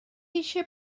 eisiau